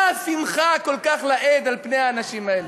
מה השמחה לאיד הרבה כל כך על פני האנשים האלה?